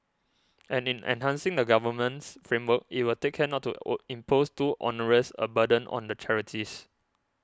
and in enhancing the governance framework it will take care not to or impose too onerous a burden on the charities